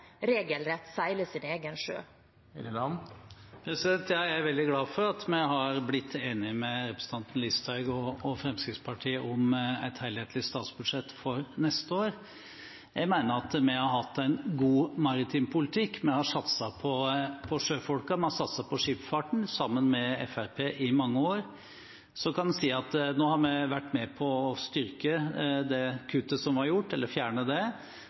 regelrett seile sin egen sjø? Jeg er veldig glad for at vi har blitt enige med representanten Listhaug og Fremskrittspartiet om et helhetlig statsbudsjett for neste år. Jeg mener at vi har hatt en god maritim politikk, vi har satset på sjøfolk, vi har satset på skipsfarten sammen med Fremskrittspartiet i mange år. Så kan en si at nå har vi vært med på å styrke i forhold til kuttet som var gjort – eller fjerne det.